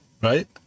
right